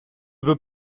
veut